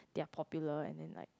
ya popular and then like